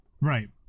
Right